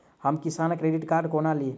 हम किसान credit card कोना ली?